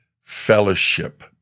fellowship